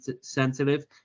sensitive